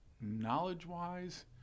Knowledge-wise